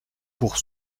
pour